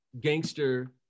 Gangster